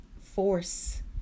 force